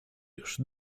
już